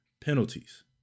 penalties